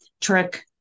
trick